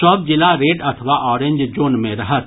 सभ जिला रेड अथवा ऑरेंज जोन मे रहत